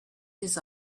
his